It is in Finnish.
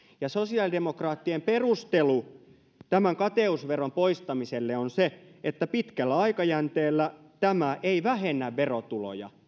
ja sosiaalidemokraattien perustelu tämän kateusveron poistamiselle on että pitkällä aikajänteellä tämä värnskattin poistaminen ei vähennä verotuloja